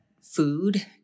food